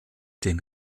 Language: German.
den